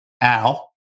Al